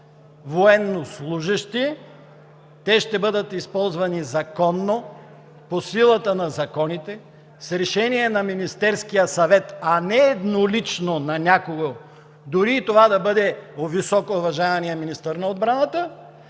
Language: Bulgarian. военнослужещи, те ще бъдат използвани законно, по силата на законите, с решение на Министерския съвет, а не еднолично от някого, дори това да бъде високоуважаваният министър на отбраната